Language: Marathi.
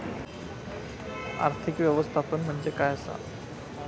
आर्थिक व्यवस्थापन म्हणजे काय असा?